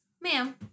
Ma'am